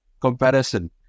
comparison